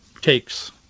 takes